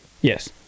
Yes